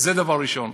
זה דבר ראשון.